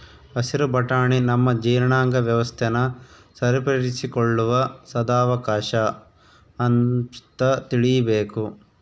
ಹಸಿರು ಬಟಾಣಿ ನಮ್ಮ ಜೀರ್ಣಾಂಗ ವ್ಯವಸ್ಥೆನ ಸರಿಪಡಿಸಿಕೊಳ್ಳುವ ಸದಾವಕಾಶ ಅಂತ ತಿಳೀಬೇಕು